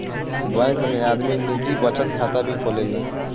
bank में आदमी निजी बचत खाता भी खोलेला